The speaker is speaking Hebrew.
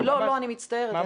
לא, אני מצטערת.